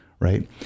Right